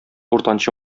уртанчы